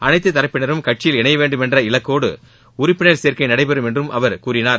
அனைத்து தரப்பினரும் கட்சியில் இணையவேண்டும் என்ற இலக்கோடு உறுப்பினர் சேர்க்கை நடைபெறும் என்றும் அவர் தெரிவித்தார்